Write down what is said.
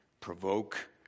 provoke